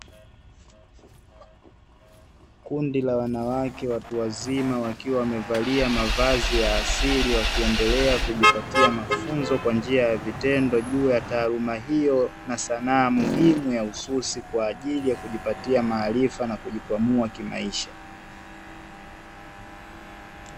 Kundi la wanawake watu wazima wakiwa wamevalia mavazi ya asili, wakiendelea kujipatia mafunzo kwa njia ya vitendo juu ya taaluma hiyo na sanaa muhimu ya ususi, kwa ajili ya kujipatia maarfa na kujikwamua kimaisha.